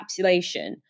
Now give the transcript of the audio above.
encapsulation